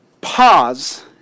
pause